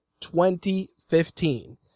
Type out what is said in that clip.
2015